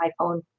iPhone